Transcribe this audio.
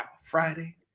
Friday